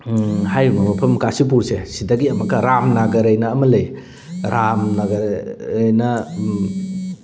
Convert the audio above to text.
ꯍꯥꯏꯔꯤꯕ ꯃꯐꯝ ꯀꯥꯁꯤꯄꯨꯔꯁꯦ ꯁꯤꯗꯒꯤ ꯑꯃꯛꯀ ꯔꯥꯝꯅꯒꯔꯑꯅ ꯑꯃ ꯂꯩ ꯔꯥꯝꯅꯒꯔꯑꯅ